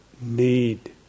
need